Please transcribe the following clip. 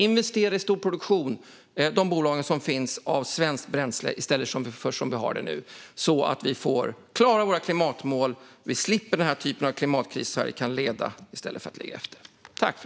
Investera i storproduktion av svenskt bränsle i stället för hur det är nu. Då klarar vi våra klimatmål, och vi slipper den typen av klimatkris. Sverige kan leda i stället för att ligga efter.